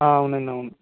అవునండి అవును